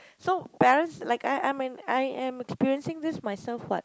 so parents like I I'm in I am experiencing this myself [what]